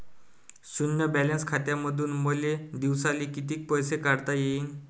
शुन्य बॅलन्स खात्यामंधून मले दिवसाले कितीक पैसे काढता येईन?